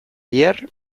bihar